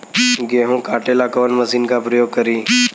गेहूं काटे ला कवन मशीन का प्रयोग करी?